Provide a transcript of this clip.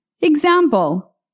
Example